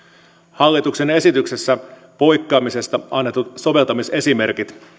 hallituksen esityksessä poikkeamisesta annetut soveltamisesimerkit